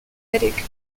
aesthetic